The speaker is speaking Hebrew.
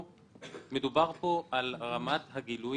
9%. מדובר פה על רמת הגילוי